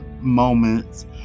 moments